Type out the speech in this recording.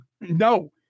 no